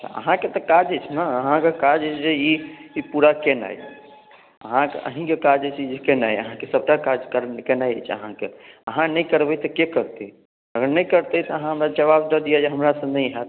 अहाँके तऽ काज अछि ने अहाँके काज अछि जे पूरा ई केनाइ अहाँके अहीँके काज अछि ई जे केनाइ अहाँके सभटा काज करने केनाइ अछि अहाँके अहाँ नहि करबै तऽ के करतै अगर नहि करतै तऽ अहाँ हमरा जवाब दऽ दिअ जे हमरासँ नहि हैत